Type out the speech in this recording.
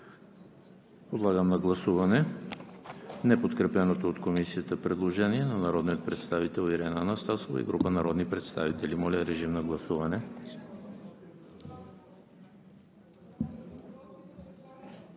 Подлагам на гласуване неподкрепеното от Комисията предложение на народния представител Ирена Анастасова и група народни представители. Гласували